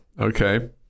Okay